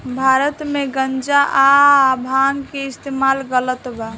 भारत मे गांजा आ भांग के इस्तमाल गलत बा